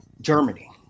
Germany